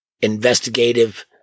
investigative